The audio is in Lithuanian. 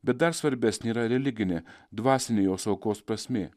bet dar svarbesnė yra religinė dvasinė jos aukos prasmė